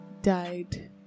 died